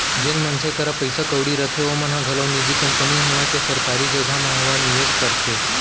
जेन मनसे करा पइसा कउड़ी रथे ओमन ह घलौ निजी कंपनी होवय के सरकारी जघा म होवय निवेस करथे